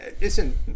Listen